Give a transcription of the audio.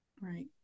Right